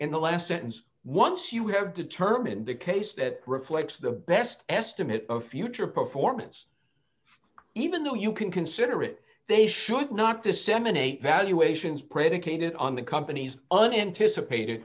in the last sentence once you have determined the case that reflects the best estimate of future performance even though you can consider it they should not disseminate valuations predicated on the company's other anticipated